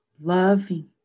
loving